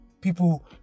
people